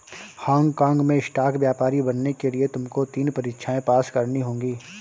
Hong काँग में stock व्यापारी बनने के लिए तुमको तीन परीक्षाएं पास करनी होंगी